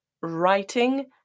writing